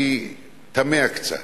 אני תמה קצת,